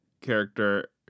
character